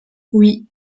oui